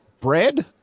bread